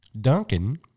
Duncan